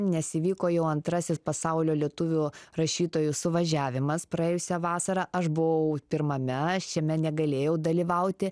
nes įvyko jau antrasis pasaulio lietuvių rašytojų suvažiavimas praėjusią vasarą aš buvau pirmame šiame negalėjau dalyvauti